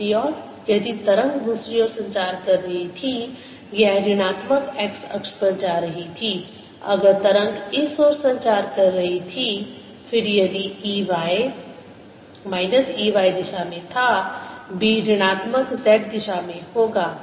दूसरी ओर यदि तरंग दूसरी ओर संचार कर रही थी यह ऋणात्मक x अक्ष पर जा रही थी अगर तरंग इस ओर संचार कर रही थी फिर यदि E y E y दिशा में था B ऋणात्मक z दिशा में होगा